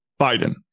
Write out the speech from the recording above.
Biden